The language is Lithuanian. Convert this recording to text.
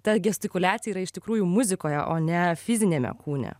ta gestikuliacija yra iš tikrųjų muzikoje o ne fiziniame kūne